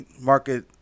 market